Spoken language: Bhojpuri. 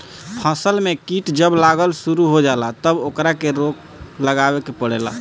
फसल में कीट जब लागल शुरू हो जाला तब ओकरा के रोक लगावे के पड़ेला